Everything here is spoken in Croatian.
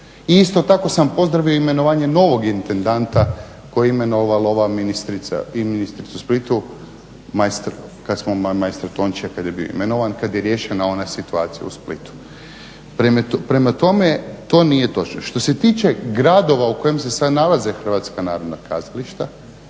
isto tako sam pozdravio imenovanje novog intendanta koje je imenovala i ministrica u Splitu kad smo maestro Tončija kad je bio imenovan, kad je riješena ona situacija u Splitu. Prema tome to nije točno. Što se tiče gradova u kojem se sad nalaze Hrvatska narodna kazališta,